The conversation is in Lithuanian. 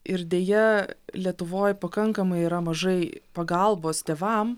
ir deja lietuvoj pakankamai yra mažai pagalbos tėvam